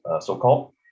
so-called